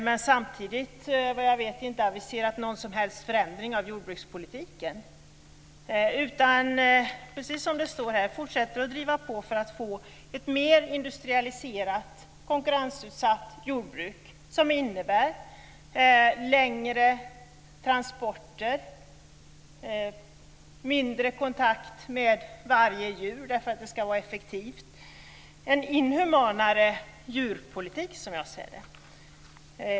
Men samtidigt har han, såvitt jag vet, inte aviserat någon som helst förändring av jordbrukspolitiken utan fortsätter, precis som det står här, att driva på för att få ett mer industrialiserat och konkurrensutsatt jordbruk, vilket innebär längre transporter och mindre kontakt med varje djur därför att det ska vara effektivt. Det är en inhumanare djurpolitik som jag ser det.